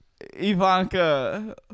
Ivanka